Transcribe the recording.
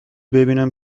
ببینم